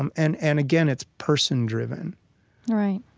um and and again, it's person-driven right.